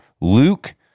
Luke